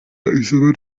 isomo